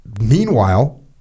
Meanwhile